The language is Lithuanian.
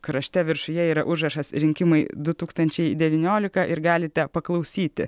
krašte viršuje yra užrašas rinkimai du tūkstančiai devyniolika ir galite paklausyti